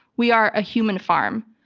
we are a human farm.